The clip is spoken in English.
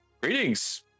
Greetings